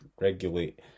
regulate